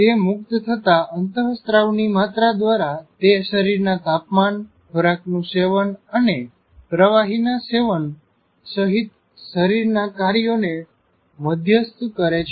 તે મુકત થતાં અંતઃ સ્ત્રાવ ની માત્રા દ્વારા તે શરીરના તાપમાન ખોરાકનું સેવન અને પ્રવાહીના સેવન સહિત શરીર ના કાર્યો ને મઘ્યસ્થ કરે છે